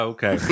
Okay